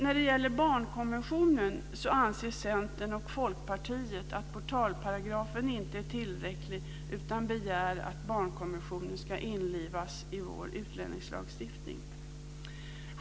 När det gäller barnkonventionen anser Centern och Folkpartiet att portalparagrafen inte är tillräcklig utan begär att barnkonventionen ska införlivas i vår utlänningslagstiftning.